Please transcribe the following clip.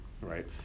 right